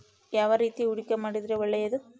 ಯಾವ ರೇತಿ ಹೂಡಿಕೆ ಮಾಡಿದ್ರೆ ಒಳ್ಳೆಯದು?